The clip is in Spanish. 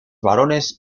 varones